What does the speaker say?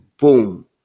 Boom